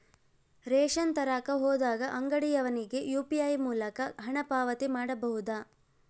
Ration ತರಕ ಹೋದಾಗ ಅಂಗಡಿಯವನಿಗೆ ಯು.ಪಿ.ಐ ಮೂಲಕ ಹಣ ಪಾವತಿ ಮಾಡಬಹುದಾ?